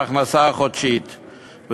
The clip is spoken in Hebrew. כבר גומרים את ההכנסה החודשית,